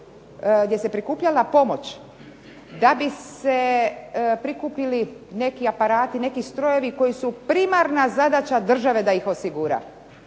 gdje su prikupljala pomoć da se prikupili neki aparati, neki strojevi koji su primarna zadaća države da ih osigura.